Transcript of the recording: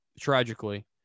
tragically